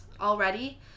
already